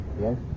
Yes